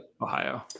Ohio